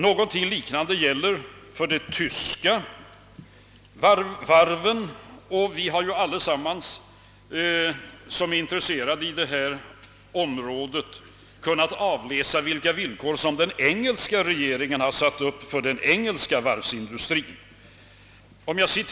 Något liknande gäller för de tyska varven, och alla vi som är intresserade av detta område har sett vilka villkor den engelska regeringen satt upp för den engelska varvsindustrin.